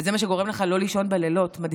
וזה מה שגורם לך לא לישון בלילות כדי ללמוד,